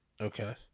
Okay